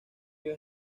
vio